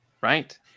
right